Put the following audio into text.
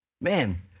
man